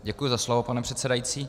Děkuji za slovo, pane předsedající.